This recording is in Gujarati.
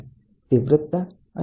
તે ચળકતો છે અને તીવ્રતા અહીંયા છે